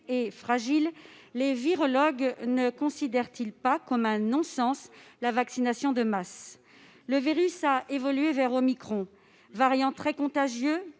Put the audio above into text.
et fragiles, les virologues ne considèrent-ils pas comme un non-sens la vaccination de masse ? Le virus a évolué vers omicron, variant très contagieux